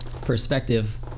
perspective